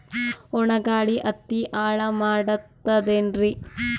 ಒಣಾ ಗಾಳಿ ಹತ್ತಿ ಹಾಳ ಮಾಡತದೇನ್ರಿ?